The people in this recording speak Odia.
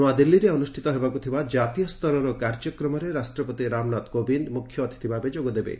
ନୁଆଦିଲ୍ଲୀରେ ଅନୁଷ୍ଠିତ ହେବାକୁ ଥିବା ଜାତୀୟ ସ୍ତରର କାର୍ଯ୍ୟକ୍ରମରେ ରାଷ୍ଟ୍ରପତି ରାମନାଥ କୋବିନ୍ଦ ମୁଖ୍ୟ ଅତିଥି ଭାବେ ଯୋଗଦେବେ